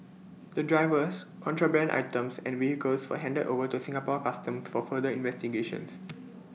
the drivers contraband items and vehicles were handed over to Singapore Customs for further investigations